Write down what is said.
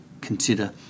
consider